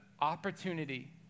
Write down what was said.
opportunity